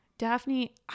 Daphne